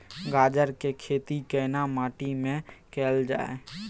गाजर के खेती केना माटी में कैल जाए?